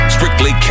Strictly